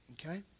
Okay